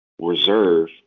reserve